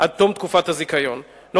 עד תום תקופת הזיכיון, .